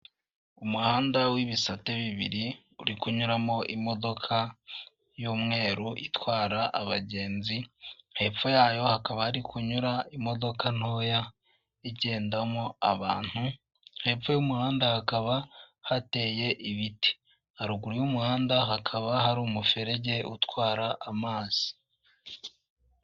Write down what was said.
Umuhanda w'ibisate bibiri uri kunyuramo imodoka y'umweru itwara abagenzi, hepfo yayo hakaba ari kunyura imodoka ntoya igendamo abantu, hepfo y'umuhanda hakaba hateye ibiti. Haruguru y'umuhanda hakaba hari umuferege utwara amazi.